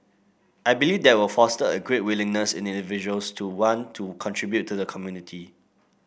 I believe that will foster a greater willingness in individuals to want to contribute to the community